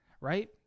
Right